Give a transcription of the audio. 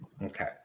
Okay